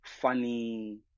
funny